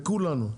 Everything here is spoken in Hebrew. לכולנו.